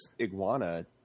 iguana